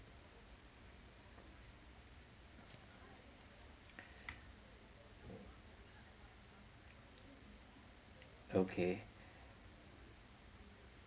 okay